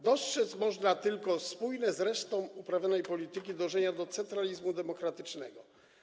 Dostrzec można tylko spójne z resztą uprawianej polityki dążenie do centralizmu demokratycznego.